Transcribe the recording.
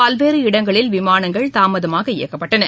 பல்வேறு இடங்களில் விமானங்கள் தாமதமாக இயக்கப்பட்டன